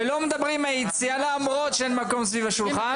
ולא מדברים מהיציע למרות שאין מקום סביב השולחן.